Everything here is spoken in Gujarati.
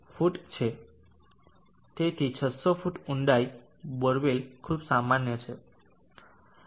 તેથી 600 ફૂટ ઊંડાઈ બોરવેલ ખૂબ સામાન્ય છે